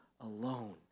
alone